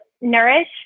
nourish